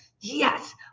yes